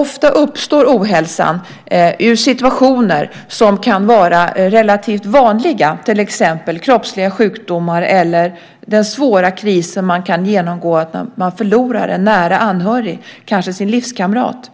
Ofta uppstår ohälsan ur situationer som kan vara relativt vanliga, till exempel kroppsliga sjukdomar eller den svåra kris man kan genomgå när man förlorar en nära anhörig, kanske sin livskamrat.